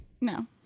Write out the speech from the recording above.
No